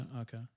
Okay